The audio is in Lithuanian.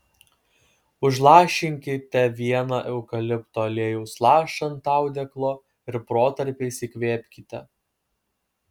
užlašinkite vieną eukalipto aliejaus lašą ant audeklo ir protarpiais įkvėpkite